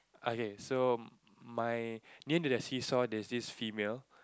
okay so my near to the see saw there's this female